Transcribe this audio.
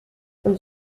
und